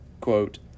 quote